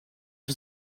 for